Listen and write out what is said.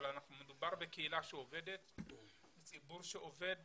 מדובר בקהילה שעובדת, ציבור שעובד